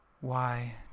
Why